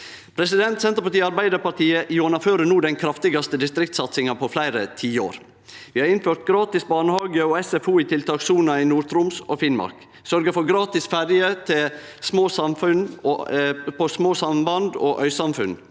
enklare. Senterpartiet og Arbeidarpartiet gjennomfører no den kraftigaste distriktssatsinga på fleire tiår. Vi har innført gratis barnehage og SFO i tiltakssona i Nord-Troms og Finnmark. Vi har sørgt for gratis ferje på små samband til øysamfunn,